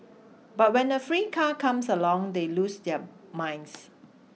but when a free car comes along they lose their minds